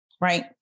right